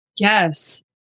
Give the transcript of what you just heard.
Yes